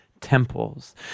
temples